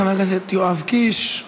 חבר הכנסת יואב קיש.